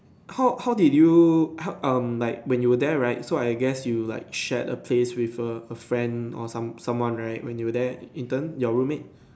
how how did you how um like when you there right so I guess you like shared a place with a a friend or some someone right when you there intern your roommates